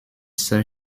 sir